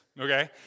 Okay